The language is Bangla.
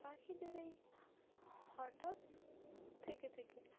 পাখিদের এই হঠাৎ থেকে থেকে